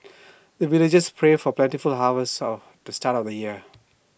the villagers pray for plentiful harvest of the start of the year